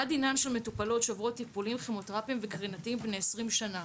מה דינן של מטופלות שעוברות טיפולים כימותרפיים וקרינתיים בני 20 שנה?